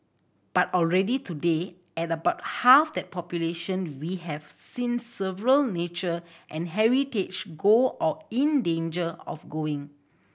but already today at about half that population we have seen several nature and heritage go or in danger of going